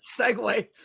segue